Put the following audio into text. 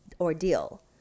ordeal